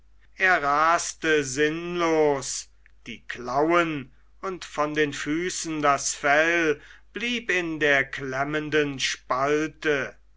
er raste sinnlos die klauen und von den füßen das fell blieb in der klemmenden spalte